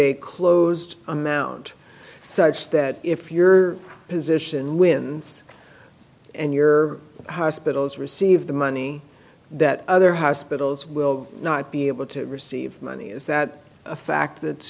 a closed amount such that if your position wins and your hospitals receive the money that other hospitals will not be able to receive money is that a fact that